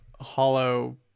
hollow